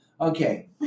Okay